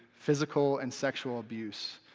physical and sexual abuse.